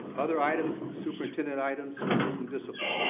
other items, superintendent items, student discipline.